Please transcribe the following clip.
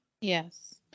Yes